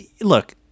look